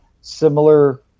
similar